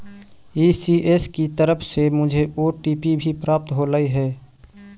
ECS की तरफ से मुझे ओ.टी.पी भी प्राप्त होलई हे